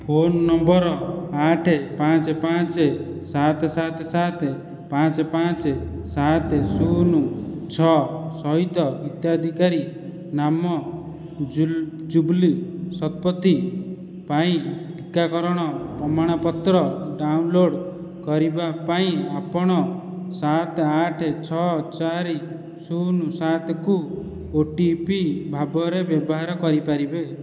phone number ଆଠେ ପାଞ୍ଚେ ପାଞ୍ଚେ ସାତେ ସାତେ ସାତେ ପାଞ୍ଚେ ପାଞ୍ଚେ ସାତେ ଶୂନୁ ଛଅ ସହିତ ହିତାଧିକାରି ନାମ ଜୁବ୍ଲି ଶତପଥି ପାଇଁ ଟୀକାକରଣ ପ୍ରମାଣପତ୍ର ଡାଉନ୍ଲୋଡ଼୍ କରିବା ପାଇଁ ଆପଣ ସାତ ଆଠେ ଛଅ ଚାରି ଶୂନ ସାତେକୁ ଓ ଟି ପି ଭାବରେ ବ୍ୟବହାର କରିପାରିବେ